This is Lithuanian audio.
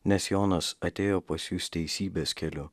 nes jonas atėjo pas jus teisybės keliu